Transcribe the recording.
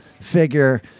figure